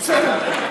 בסדר.